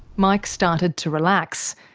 mike started to relax,